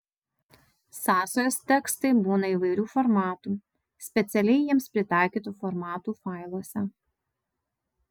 sąsajos tekstai būna įvairių formatų specialiai jiems pritaikytų formatų failuose